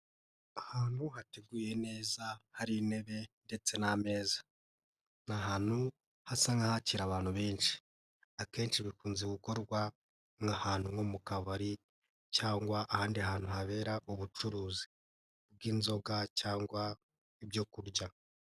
Ahantu hateguye neza hari intebe ndetse n'ameza ni ahantutu hasa nk'ahakiri abantu benshi akenshi bikunze gukorwa nk'ahantu nko mu kabari cyangwa ahandi hantu habera ubucuruzi bw'inzoga cyangwa ibyoku kurya.